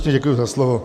Děkuji za slovo.